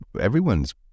everyone's